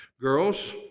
Girls